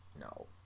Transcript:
No